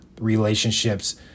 relationships